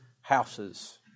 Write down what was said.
houses